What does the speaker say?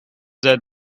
that